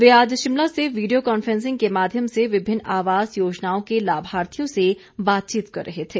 वे आज शिमला से video conferencing के माध्यम से विभिन्न आवास योजनाओं के लाभार्थियों से बातचीत कर रहे थे